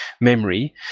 memory